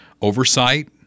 oversight